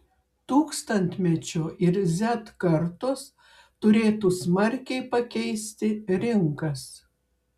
tūkstantmečio ir z kartos turėtų smarkiai pakeisti rinkas